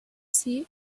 see